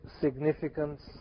significance